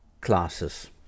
classes